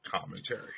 commentary